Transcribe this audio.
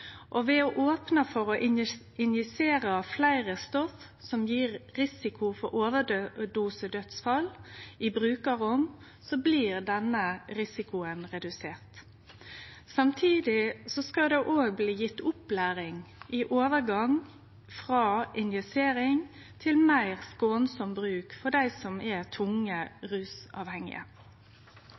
overdosedødsfall. Ved å opne for å injisere fleire stoff som gjev risiko for overdosedødsfall, i brukarrom, blir denne risikoen redusert. Samtidig skal det òg bli gjeve opplæring i overgang frå injisering til meir skånsam bruk for dei som er tungt rusavhengige.